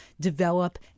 develop